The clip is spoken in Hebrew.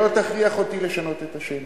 שלא תכריח אותי לשנות את השם.